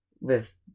with-